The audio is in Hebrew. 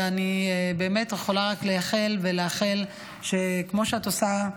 ואני באמת יכולה רק לייחל ולאחל שכמו שאת עושה,